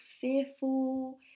fearful